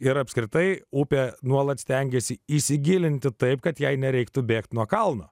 ir apskritai upė nuolat stengėsi įsigilinti taip kad jai nereiktų bėgti nuo kalno